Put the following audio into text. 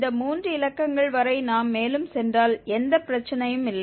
இந்த 3 இலக்கங்கள் வரை நாம் மேலும் சென்றால் எந்த பிரச்சனையும் இல்லை